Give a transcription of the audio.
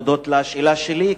הודות לשאלה שלי,